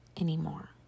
anymore